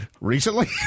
recently